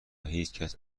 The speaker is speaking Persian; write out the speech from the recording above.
هیچکس